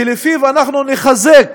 שלפיו אנחנו נחזק